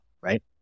right